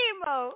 Emo